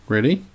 Ready